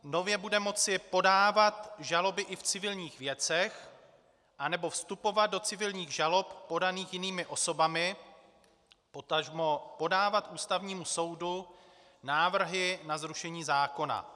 Nově bude moci podávat žaloby i v civilních věcech nebo vstupovat do civilních žalob podaných jinými osobami, potažmo podávat Ústavnímu soudu návrhy na zrušení zákona.